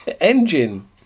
Engine